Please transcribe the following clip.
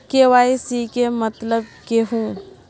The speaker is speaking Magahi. के.वाई.सी के मतलब केहू?